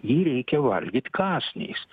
jį reikia valgyt kąsniais